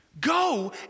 Go